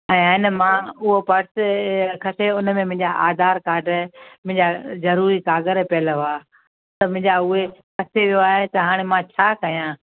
ऐं आहे न मां उहो पर्स खसे उनमें मुंहिंजा आधार कार्ड मुंहिंजा जरूरी कागर पियल हुआ त मुंहिंजा उहे खसे वियो आहे त हाणे मां छा कयां